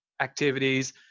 activities